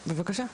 בבקשה.